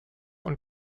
und